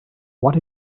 what